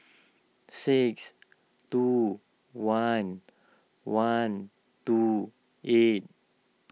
six two one one two eight